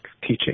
teaching